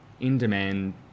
in-demand